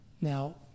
Now